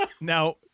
Now